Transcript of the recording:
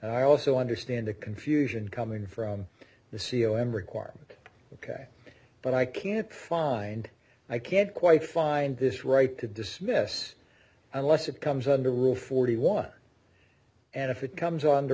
i also understand the confusion coming from the c o m requirement ok but i can't find i can't quite find this right to dismiss unless it comes under rule forty one and if it comes